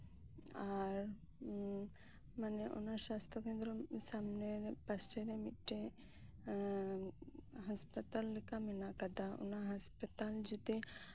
ᱟᱨ ᱚᱱᱟ ᱥᱟᱥᱛᱷᱚ ᱠᱮᱱᱫᱽᱨᱚ ᱥᱟᱢᱱᱮᱨᱮ ᱯᱟᱥᱮᱨᱮ ᱢᱤᱫᱴᱟᱱ ᱦᱟᱥᱯᱟᱛᱞ ᱞᱮᱠᱟ ᱢᱮᱱᱟᱜ ᱠᱟᱫᱟ ᱦᱟᱸᱥᱯᱟᱛᱟᱞ ᱡᱚᱫᱤ